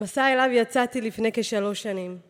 מסע אליו יצאתי לפני כשלוש שנים